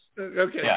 Okay